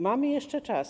Mamy jeszcze czas.